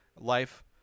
life